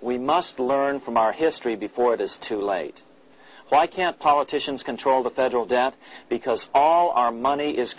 we must learn from our history before it is too late why can't politicians control the federal debt because all our money is